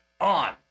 on